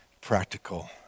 practical